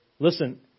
Listen